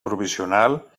provisional